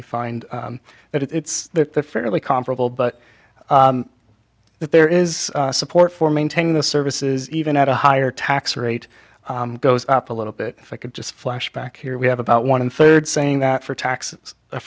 you find that it's fairly comparable but that there is support for maintaining the services even at a higher tax rate goes up a little bit if i could just flash back here we have about one third saying that for taxes